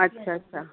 अच्छा अच्छा